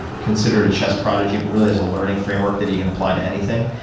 considered a chess prodigy, but really, has a learning framework that he can apply to anything.